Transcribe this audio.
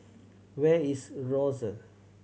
where is Rosyth